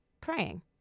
praying